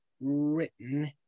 written